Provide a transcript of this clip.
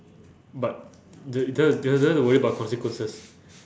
but do~ do~ do~ don't have to worry about the consequences